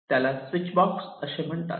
त्यालाच switch box असे म्हणतात